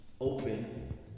open